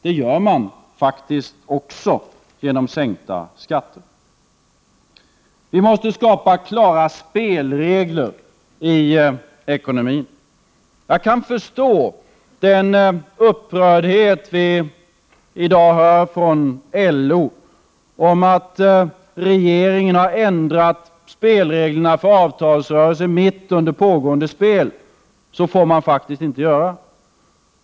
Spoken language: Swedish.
Det gör man faktiskt bl.a. genom sänkta skatter. Vi måste skapa klara spelregler i ekonomin. Jag kan förstå LO:s upprördhet över att regeringen ändrar spelreglerna för avtalsrörelsen mitt under pågående spel. Så får man faktiskt inte göra.